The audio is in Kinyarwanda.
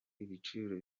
ibiciro